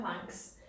thanks